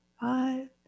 five